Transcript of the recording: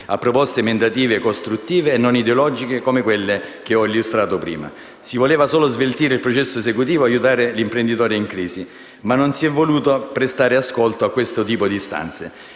proposte emendative costruttive e non ideologiche che ho illustrato prima. Si voleva solo sveltire il processo esecutivo e aiutare gli imprenditori in crisi, ma non si è voluto prestare ascolto a questo tipo di istanze.